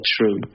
true